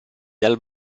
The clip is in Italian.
dal